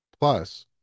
Plus